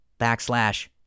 Backslash